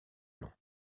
long